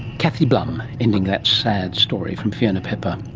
kathy blumm, ending that sad story from fiona pepper.